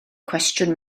cwestiwn